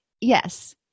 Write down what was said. Yes